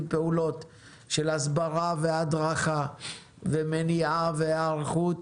פעולות של הסברה והדרכה ומניעה והיערכות,